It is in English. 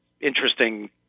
interesting